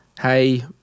hey